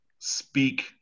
speak